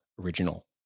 original